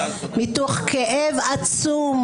מתוך כאב עצום,